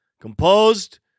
Composed